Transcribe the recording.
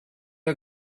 are